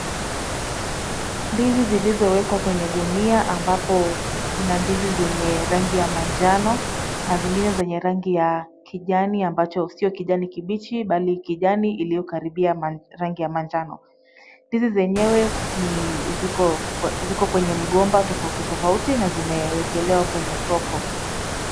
Ndizi zilizowekwa kwenye gunia ambapo kuna ndizi zenye rangi ya manjano na zingine zenye rangi ya kijani ambacho sio kijani kibichi bali kijani iliyokaribia rangi ya manjano. Ndizi zenyewe ziko kwenye mgomba tofauti tofauti na zimewekelewa kwenye soko.